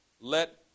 let